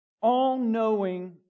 All-Knowing